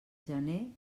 gener